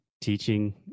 Teaching